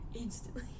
instantly